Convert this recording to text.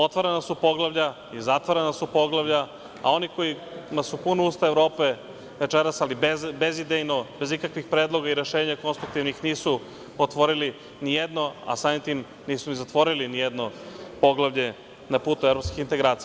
Otvarana su poglavlja i zatvarana su poglavlja, a onima kojima su puna usta Evrope večeras, ali bezidejno, bez ikakvih predloga i rešenja konstruktivnih, nisu otvorili nijedno, a samim tim nisu ni zatvorili nijedno poglavlje na putu evropskih integracija.